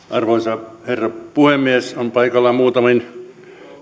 arvoisa herra puhemies on paikallaan muutamin